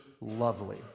lovely